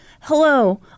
hello